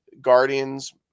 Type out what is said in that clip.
Guardians